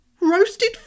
Roasted